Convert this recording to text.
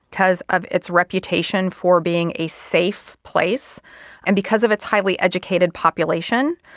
because of its reputation for being a safe place and because of its highly educated population,